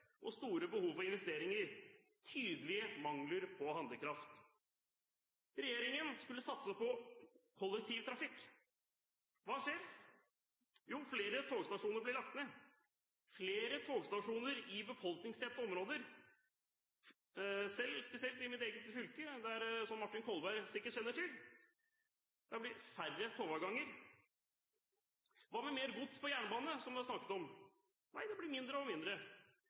er store mangler, stort vedlikeholdsetterslep og stort behov for investeringer – tydelige mangler på handlekraft. Regjeringen skulle satse på kollektivtrafikk. Hva skjer? Jo, flere togstasjoner blir lagt ned, bl.a. flere togstasjoner i befolkningstette områder, spesielt i mitt eget fylke, som Martin Kolberg sikkert kjenner til. Det har blitt færre togavganger. Hva med mer gods på jernbane, som det har vært snakket om? Nei, det blir mindre og mindre,